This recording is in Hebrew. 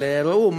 אבל ראו,